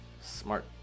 Smart